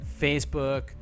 facebook